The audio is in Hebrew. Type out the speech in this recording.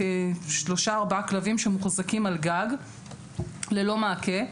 כשלושה-ארבעה כלבים שמוחזקים על גג ללא מעקה.